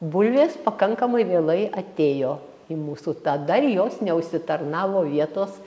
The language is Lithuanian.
bulvės pakankamai vėlai atėjo į mūsų tą dar jos neužsitarnavo vietos